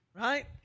right